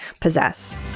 possess